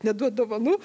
neduot dovanų